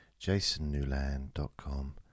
jasonnewland.com